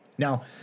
Now